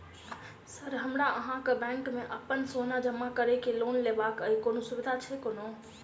Sir हमरा अहाँक bank मे अप्पन सोना जमा करि केँ लोन लेबाक अई कोनो सुविधा छैय कोनो?